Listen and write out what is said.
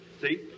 see